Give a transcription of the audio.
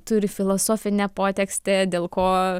turi filosofinę potekstę dėl ko